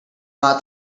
not